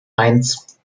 eins